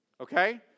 Okay